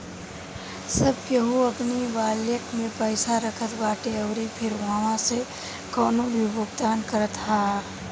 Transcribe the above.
सब केहू अपनी वालेट में पईसा रखत बाटे अउरी फिर उहवा से कवनो भी भुगतान करत हअ